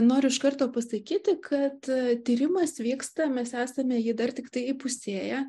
noriu iš karto pasakyti kad tyrimas vyksta mes esame jį dar tiktai įpusėję